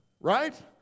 right